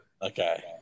Okay